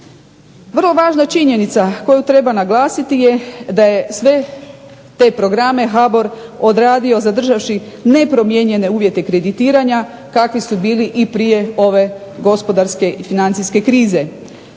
Vrlo važna činjenica koju treba naglasiti je da je sve te programe HBOR odradio zadržavši nepromijenjene uvjete kreditiranja kakvi su bili i prije ove gospodarske i financijske krize.